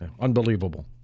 Unbelievable